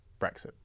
Brexit